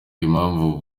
impamvu